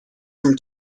from